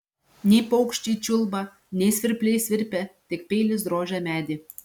nei paukščiai čiulba nei svirpliai svirpia tik peilis drožia medį